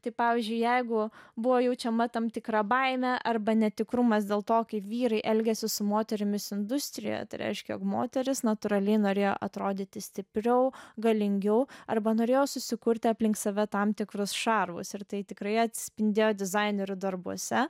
tai pavyzdžiui jeigu buvo jaučiama tam tikra baimė arba netikrumas dėl to kaip vyrai elgiasi su moterimis industrijoje tai reiškia jog moteris natūraliai norėjo atrodyti stipriau galingiau arba norėjo susikurti aplink save tam tikrus šarvus ir tai tikrai atsispindėjo dizainerių darbuose